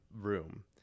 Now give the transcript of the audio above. room